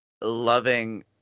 loving